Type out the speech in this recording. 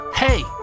Hey